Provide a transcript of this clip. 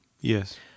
Yes